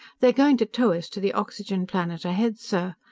they're going to tow us to the oxygen planet ahead, sir.